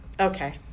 Okay